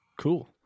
cool